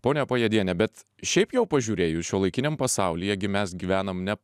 pone pajediene bet šiaip jau pažiūrėjus šiuolaikiniam pasaulyje gi mes gyvenam ne